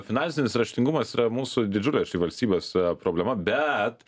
finansinis raštingumas yra mūsų didžiulė šiaip valstybės problema bet